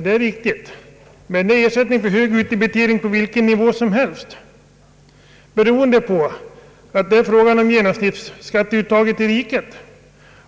Det är riktigt, men det gäller då ersättning för hög utdebitering på vilken nivå som helst, enär den ersätt ningen är beroende av det genomsnittliga skatteuttaget i riket.